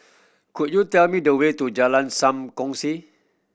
could you tell me the way to Jalan Sam Kongsi